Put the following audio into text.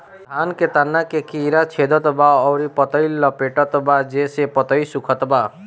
धान के तना के कीड़ा छेदत बा अउर पतई लपेटतबा जेसे पतई सूखत बा?